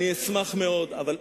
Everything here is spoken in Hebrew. אני אשמח מאוד, אבל,